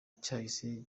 cyahise